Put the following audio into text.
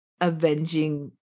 avenging